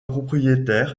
propriétaire